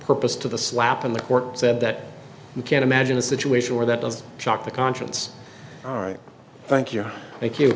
purpose to the slap in the court said that you can't imagine a situation where that doesn't shock the conscience all right thank you thank you